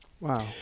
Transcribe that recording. Wow